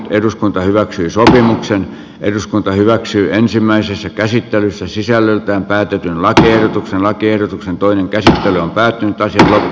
eduskunta hyväksyi sopimuksen eduskunta hyväksyy ensimmäisessä käsittelyssä sisällöltään käytetyn lakiehdotuksen lakiehdotuksen toinen jäiseen päätyyn toiseen